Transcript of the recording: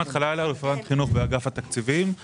חינוך באגף התקציבים במשרד האוצר.